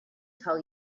tell